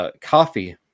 Coffee